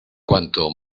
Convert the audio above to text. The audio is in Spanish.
cuanto